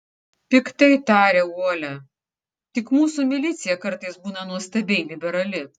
piktai tarė uolia tik mūsų milicija kartais būna nuostabiai liberali